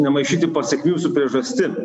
nemaišyti pasekmių su priežastim